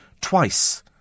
twice